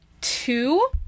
two